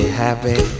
happy